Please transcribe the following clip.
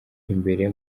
imbere